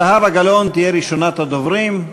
זהבה גלאון תהיה ראשונת הדוברים.